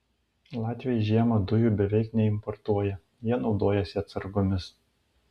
latviai žiemą dujų beveik neimportuoja jie naudojasi atsargomis